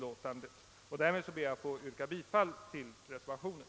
Därmed ber jag, herr talman, att få yrka bifall till reservationen.